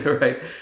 right